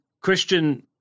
Christian